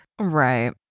Right